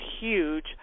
huge